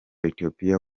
ethiopia